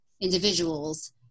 individuals